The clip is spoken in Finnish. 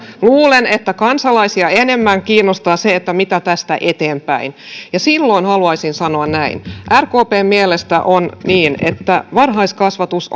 luulen että kansalaisia enemmän kiinnostaa se mitä tästä eteenpäin ja silloin haluaisin sanoa näin rkpn mielestä on niin että varhaiskasvatus